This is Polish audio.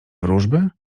wróżby